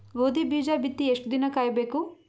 ಗೋಧಿ ಬೀಜ ಬಿತ್ತಿ ಎಷ್ಟು ದಿನ ಕಾಯಿಬೇಕು?